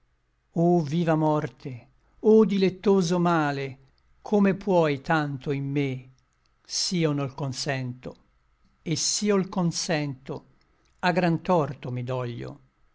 o viva morte o dilectoso male come puoi tanto in me s'io no l consento et s'io l consento a gran torto mi doglio